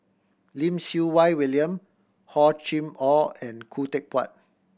Lim Siew Wai William Hor Chim Or and Khoo Teck Puat